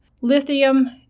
lithium